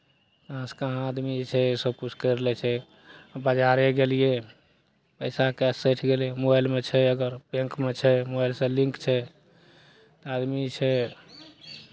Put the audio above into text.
कहाँसँ कहाँ आदमी जे छै सभकिछु करि लै छै बाजारे गेलियै पैसाके सठि गेलै मोबाइलमे छै अगर बैंकमे छै मोबाइलसँ लिंक छै आदमी जे छै